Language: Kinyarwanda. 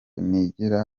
nigira